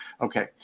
Okay